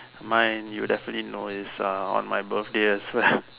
mine you definitely know is uh on my birthday as well